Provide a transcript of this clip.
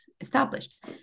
established